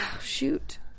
shoot